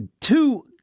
two